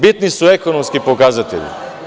Bitni su ekonomski pokazatelji.